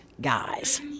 guys